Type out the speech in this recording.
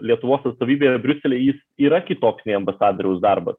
lietuvos atstovybėje briuselyje jis yra kitoks nei ambasadoriaus darbas